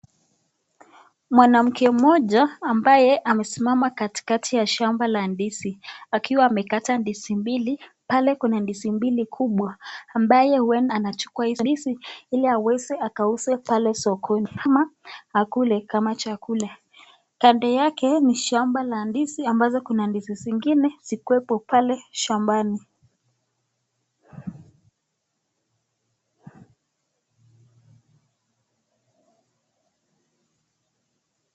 Mwanamke mmoja ambaye amesimama katikati ya shamba la ndizi, akiwa amekata ndizi mbili, pale kuna ndizi mbili kubwa. Ambaye huenda anachukua hizi ndizi ili aweze akauze pale sokoni ama akule kama chakula. Kando yake ni shamba la ndizi ambazo kuna ndizi zingine zikuwepo pale shambani.